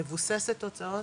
מבוססת תוצאות,